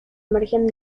margen